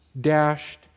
dashed